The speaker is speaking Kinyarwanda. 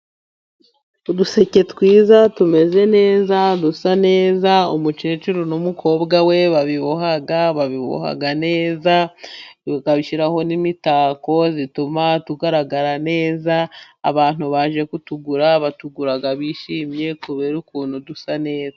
Uduseke twiza tumeze neza, dusa neza, umukecuru n'umukobwa we babiboha, babiboha neza, bakabishyiraho n'imitako ituma tugaragara neza. Abantu baje kutugura batugura bishimye kubera ukuntu dusa neza.